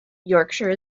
yorkshire